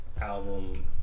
album